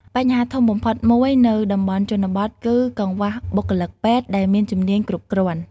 បញ្ហាធំបំផុតមួយនៅតំបន់ជនបទគឺ កង្វះបុគ្គលិកពេទ្យ ដែលមានជំនាញគ្រប់គ្រាន់។